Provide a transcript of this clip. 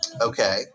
Okay